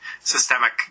systemic